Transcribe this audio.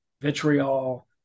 vitriol